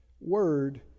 word